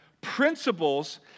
principles